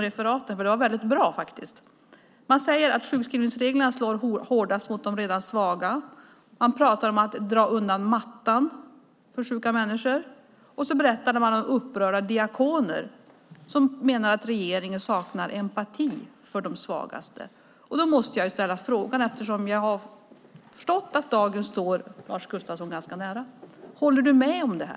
Det var nämligen väldigt bra. Man säger att sjukskrivningsreglerna slår hårdast mot de redan svaga, man pratar om att dra undan mattan för sjuka människor och man berättar om upprörda diakoner som menar att regeringen saknar empati för de svagaste. Eftersom jag har förstått att Dagen står Lars Gustafsson ganska nära måste jag fråga: Håller du med om detta?